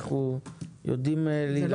אנחנו יודעים להילחם ולדאוג להם.